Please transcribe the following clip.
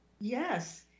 yes